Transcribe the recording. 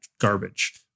garbage